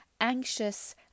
anxious